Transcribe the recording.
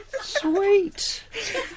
Sweet